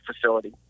facility